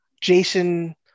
Jason